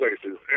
places